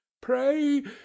pray